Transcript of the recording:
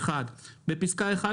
(1)בפסקה (1),